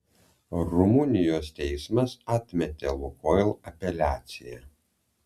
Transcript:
rumunijos teismas atmetė lukoil apeliaciją